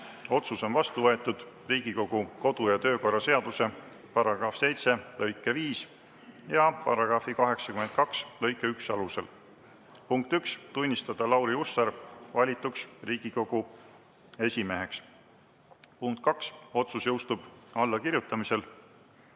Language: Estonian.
Otsus on vastu võetud Riigikogu kodu- ja töökorra seaduse § 7 lõike 5 ja § 82 lõike 1 alusel. 1. Tunnistada Lauri Hussar valituks Riigikogu esimeheks. 2. Otsus jõustub allakirjutamisel."